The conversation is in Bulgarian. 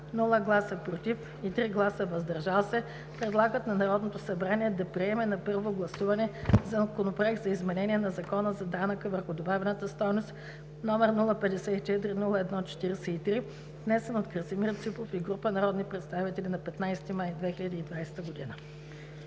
без „против“ и 3 гласа „въздържал се“ предлагат на Народното събрание да приеме на първо гласуване Законопроект за изменение на Закона за данък върху добавената стойност, № 054-01-43, внесен от Красимир Ципов и група народни представители на 15 май 2020 г.“